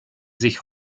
sich